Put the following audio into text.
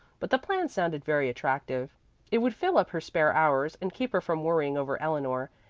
but the plan sounded very attractive it would fill up her spare hours, and keep her from worrying over eleanor,